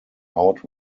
out